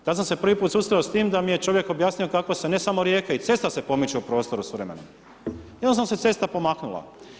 Tada sam se prvi put susreo s tim, da mi je čovjek objasnio kako se ne samo rijeka, i cesta se pomiče u prostoru s vremenom, jednostavno se cesta pomaknula.